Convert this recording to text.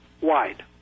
wide